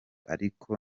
ariko